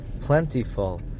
plentiful